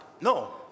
No